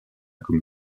comme